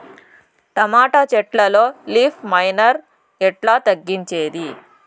Tomato చెట్లల్లో leaf miner ఎట్లా తగ్గించేది?